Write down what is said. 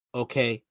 okay